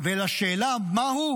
ולשאלה מה הוא